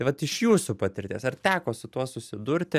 tai vat iš jūsų patirties ar teko su tuo susidurti